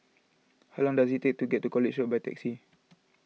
how long does it take to get to College Road by taxi